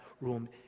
room